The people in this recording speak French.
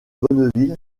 bonneville